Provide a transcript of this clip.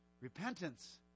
Repentance